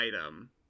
item